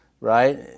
right